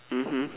mmhmm